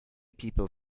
people